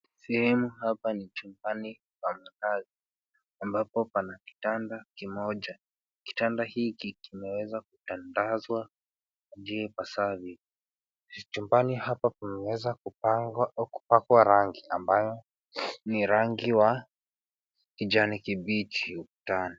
Sehemu hapa ni chumbani pa malazi ambapo pana kitanda kimoja. Kitanda hiki kimeweza kutandazwa kwa njia ipasavyo. Chumbani hapa pameweza kupangwa au kupakwa rangi ambayo ni rangi wa kijani kibichi ukutani.